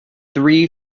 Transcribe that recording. three